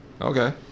Okay